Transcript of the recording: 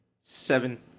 Seven